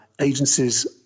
agencies